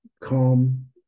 calm